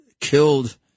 killed